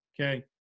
okay